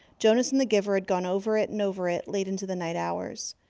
jonas and the giver had gone over it and over it, late into the night hours.